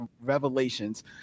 Revelations